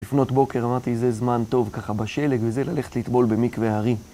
לפנות בוקר אמרתי, זה זמן טוב ככה בשלג, וזה, ללכת לטבול במקווה האר"י.